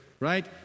Right